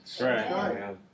Right